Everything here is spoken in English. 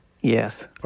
Yes